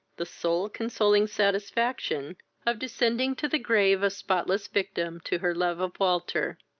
the soul-consoling satisfaction of descending to the grave a spotless victim to her love of walter.